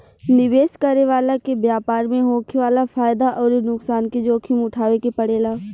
निवेश करे वाला के व्यापार में होखे वाला फायदा अउरी नुकसान के जोखिम उठावे के पड़ेला